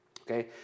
Okay